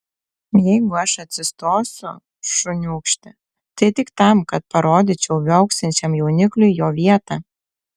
jeigu aš atsistosiu šuniūkšti tai tik tam kad parodyčiau viauksinčiam jaunikliui jo vietą